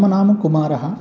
मम नाम कुमारः